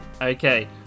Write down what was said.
Okay